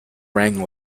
rang